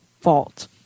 Fault